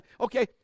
Okay